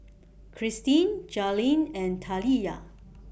Kirstin Jailyn and Taliyah